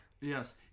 Yes